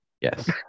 Yes